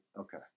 Okay